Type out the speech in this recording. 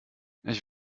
ich